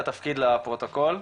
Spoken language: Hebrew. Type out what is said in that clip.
תגידי את התפקיד לפרוטוקול.